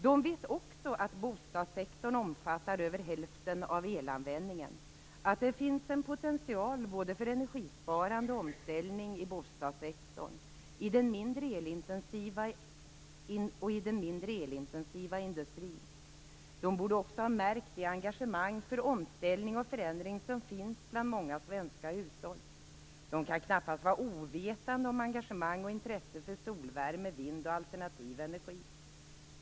De vet också att bostadssektorn omfattar över hälften av elanvändningen. Det finns en potential för både energisparande och omställning i bostadssektorn, och i den mindre elintensiva industrin. De borde också ha märkt det engagemang för omställning och förändring som finns bland många svenska hushåll. De kan knappast vara ovetande om engagemang och intresse för solvärme, vindkraft och alternativ energi.